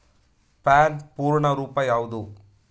PAN ಪೂರ್ಣ ರೂಪ ಯಾವುದು?